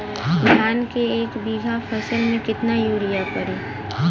धान के एक बिघा फसल मे कितना यूरिया पड़ी?